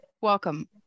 Welcome